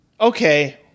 okay